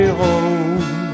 home